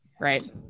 right